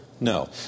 No